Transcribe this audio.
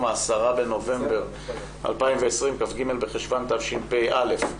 היום ה-10 בנובמבר 2020, כ"ג בחשוון התשפ"א.